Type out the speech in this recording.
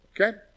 Okay